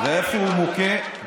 ואיפה הוא מוכה?